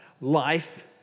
life